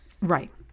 Right